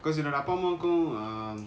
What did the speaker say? cause என்னோட அப்பா அம்மைக்கும்:ennoda appa ammakum